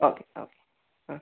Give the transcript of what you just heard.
okay okay ആ